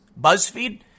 BuzzFeed